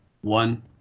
one